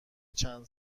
چند